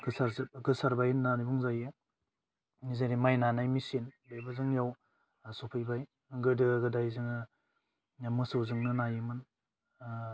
गोसारदों गोसारबाय होन्नानै बुंजायो जेरै मइय नानाय मेचिन बेबो जोंनियाव सफैबाय गोदो गोदाय जोङो मोसौजोंनो नायोमोन